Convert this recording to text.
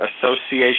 Association